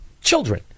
Children